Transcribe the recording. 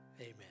Amen